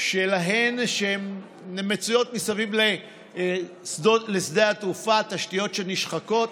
שלהן שמצויות מסביב לשדה התעופה, תשתיות שנשחקות,